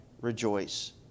rejoice